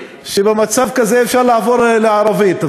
שבמצב כזה אפשר לעבור לערבית.